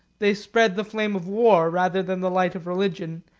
they spread the flame of war, rather than the light of religion,